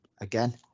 again